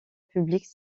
publique